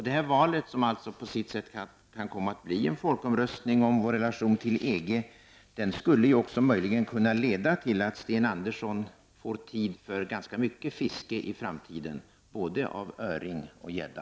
Det här valet, som alltså på sitt sätt kan komma att bli en folkomröstning om vår relation till EG, skulle möjligen kunna leda till att Sten Andersson i framtiden får tid till ganska mycket fiske, både av öring och av gädda.